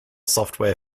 software